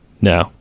No